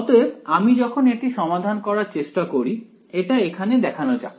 অতএব আমি যখন এটি সমাধান করার চেষ্টা করি এটা এখানে দেখানো যাক